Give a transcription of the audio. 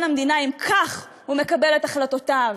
המדינה אם כך הוא מקבל את החלטותיו.